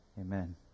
Amen